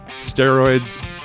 steroids